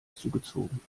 zugezogen